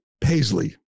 Paisley